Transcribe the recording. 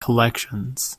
collections